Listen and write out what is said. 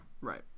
right